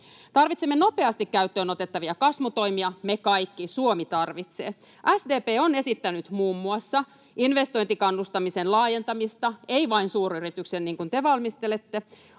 Tarvitsemme nopeasti käyttöön otettavia kasvutoimia, me kaikki, Suomi tarvitsee. SDP on esittänyt muun muassa investointikannustamisen laajentamista — ei vain suuryrityksille, niin kuin te valmistelette